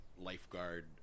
lifeguard